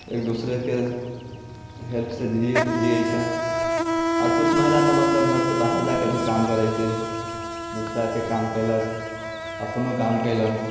एक दूसरेके हेल्प से जियैत छै आओर किछु महिला तऽ मतलब घर से बाहर जाकर भी काम करैत छै दूसराके काम कयलक अपनो काम कयलक